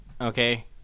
okay